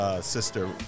Sister